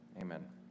amen